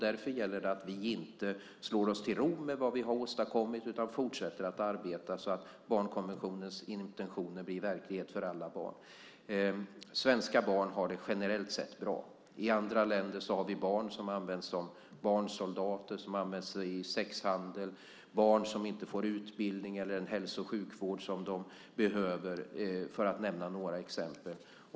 Därför gäller det att vi inte slår oss till ro med vad vi har åstadkommit utan fortsätter att arbeta så att barnkonventionens intentioner blir verklighet för alla barn. Svenska barn har det generellt sett bra. I andra länder används barn som barnsoldater och i sexhandel. Det finns barn som inte får den utbildning eller den hälso och sjukvård som de behöver - för att nämna några exempel.